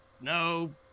no